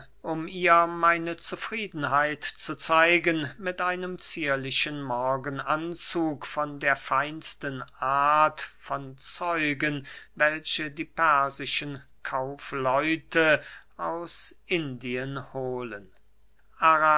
um ihr meine zufriedenheit zu zeigen mit einem zierlichen morgenanzug von der feinsten art von zeugen welche die persischen kaufleute aus indien hohlen